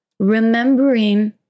remembering